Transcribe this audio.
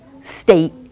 state